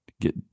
get